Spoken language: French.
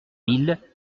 mille